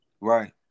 Right